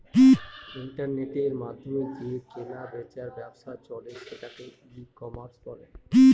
ইন্টারনেটের মাধ্যমে যে কেনা বেচার ব্যবসা চলে সেটাকে ই কমার্স বলে